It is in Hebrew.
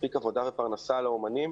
מספיק עבודה ופרנסה לאומנים.